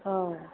औ